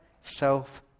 self